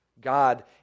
God